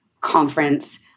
conference